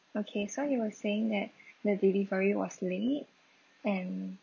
okay so you were saying that the delivery was late and